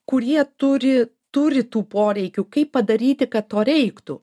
kurie turi turi tų poreikių kaip padaryti kad to reiktų